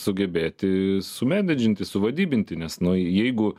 sugebėti sumenedžinti suvadybinti nes nu jeigu